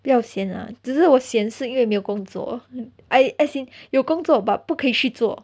不要 sian lah 只是我 sian 是因为没有工作 I as in 有工作 but 不可以去做